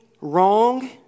wrong